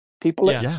People